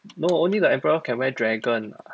no only the emperor can wear dragon